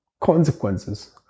consequences